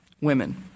women